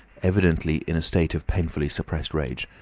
evidently in a state of painfully suppressed rage.